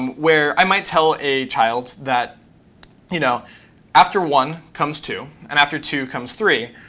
where i might tell a child that you know after one comes two, and after two comes three,